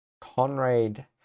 Conrad